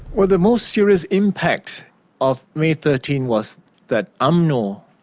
well the most serious impact of may thirteen was that umno,